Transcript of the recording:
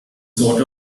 sought